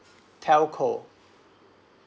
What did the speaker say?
telco